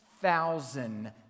thousand